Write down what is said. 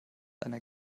einer